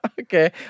Okay